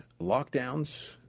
lockdowns